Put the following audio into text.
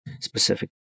specific